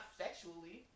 sexually